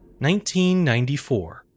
1994